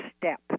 step